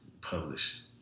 published